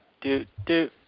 Do-do